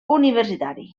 universitari